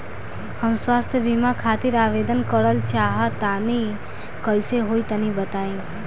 हम स्वास्थ बीमा खातिर आवेदन करल चाह तानि कइसे होई तनि बताईं?